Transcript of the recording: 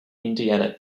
indiana